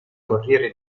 corriere